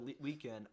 weekend